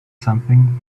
something